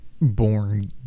born